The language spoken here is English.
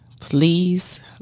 please